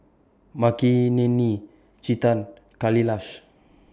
Makineni Chetan Kailash